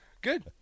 Good